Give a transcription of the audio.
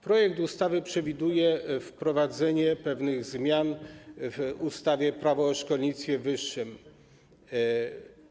Projekt ustawy przewiduje wprowadzenie pewnych zmian w ustawie - Prawo o szkolnictwie wyższym i nauce.